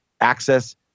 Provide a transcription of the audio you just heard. access